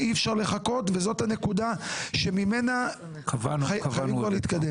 כבר אי אפשר לחכות --- כבר קבענו את זה.